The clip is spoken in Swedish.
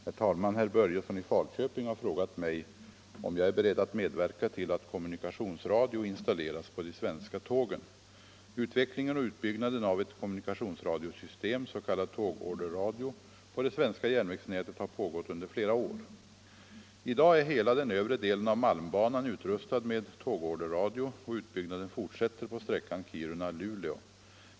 Herr talman! Herr Börjesson i Falköping har frågat mig om jag är beredd att medverka till att kommunikationsradio installeras på de svenska tågen. Utvecklingen och utbyggnaden av ett kommunikationsradiosystem, s.k. tågorderradio, på det svenska järnvägsnätet har pågått under flera år. I dag är hela den övre delen av malmbanan utrustad med tågorderradio och utbyggnaden fortsätter på sträckan Kiruna-Luleå.